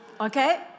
Okay